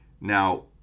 Now